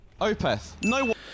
Opeth